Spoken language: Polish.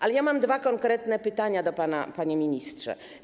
Ale mam dwa konkretne pytania do pana, panie ministrze.